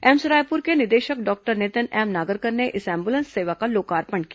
AIIMS Raipur के निदेशक doctor Nitin M Nagarkar ने इस एंबुलेंस सेवा का लोकार्पण किया